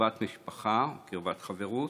קרבת משפחה, קרבת חברות.